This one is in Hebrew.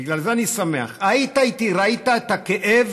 בגלל זה אני שמח, הייתי איתי, ראית את הכאב